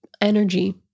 energy